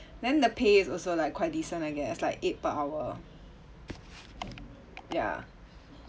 then the pay is also like quite decent I guess like eight per hour ya